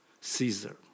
Caesar